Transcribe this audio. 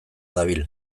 dabil